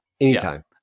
anytime